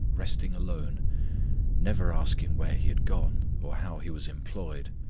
resting alone never asking where he had gone, or how he was employed.